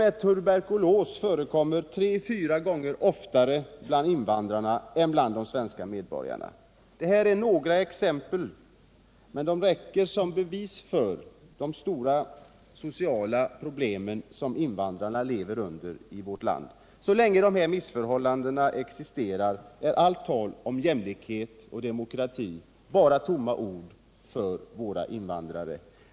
m. tuberkulos förekommer tre fyra gånger oftare bland invandrarna än bland de svenska medborgarna. Detta är några exempel, men de räcker som bevis för de stora sociala problem som invandrarna lever under i vårt land. Så länge dessa missförhållanden existerar är allt tal om jämlikhet och demokrati bara tomma ord för våra invandrare.